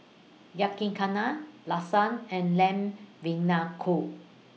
Yakizakana Lasagna and Lamb